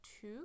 two